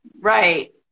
Right